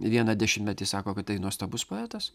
vieną dešimtmetį sako kad tai nuostabus poetas